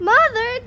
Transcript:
Mother